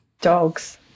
Dogs